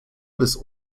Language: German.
bis